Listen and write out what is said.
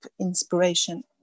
inspiration